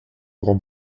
grande